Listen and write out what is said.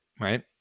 right